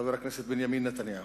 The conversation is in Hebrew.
חבר הכנסת בנימין נתניהו,